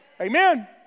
Amen